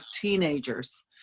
teenagers